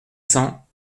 cents